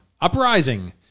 Uprising